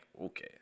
okay